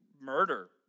murder